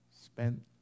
Spent